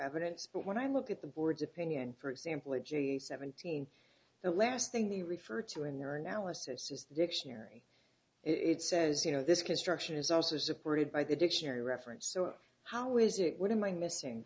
evidence but when i looked at the board's opinion for example e g seventeen the last thing they refer to in your analysis is the dictionary it says you know this construction is also supported by the dictionary reference so how is it what am i missing